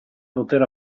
poter